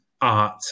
art